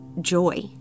joy